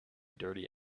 dirty